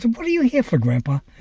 what are you here for, grandpa?